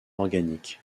organique